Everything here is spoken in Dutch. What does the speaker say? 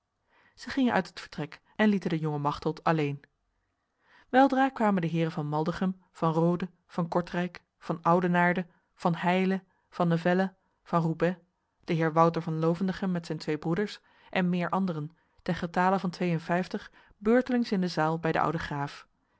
zij gingen uit het vertrek en lieten de jonge machteld alleen weldra kwamen de heren van maldegem van rode van kortrijk van oudenaarde van heile van nevele van roubaix de heer wouter van lovendegem met zijn twee broeders en meer anderen ten getale van tweeenvijftig beurtelings in de zaal bij de oude graaf